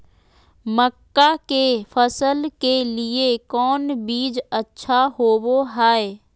मक्का के फसल के लिए कौन बीज अच्छा होबो हाय?